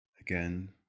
again